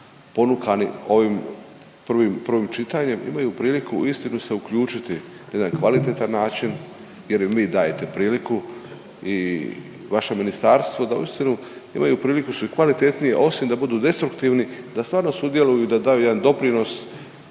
ponukani ovim prvim, prvim čitanjem imaju priliku uistinu se uključiti na jedan kvalitetan način jer im vi dajete priliku i vaše ministarstvo da uistinu imaju priliku sve kvalitetnije osim da budu destruktivni da stvarno sudjeluju i da daju jedan doprinos